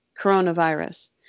coronavirus